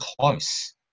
close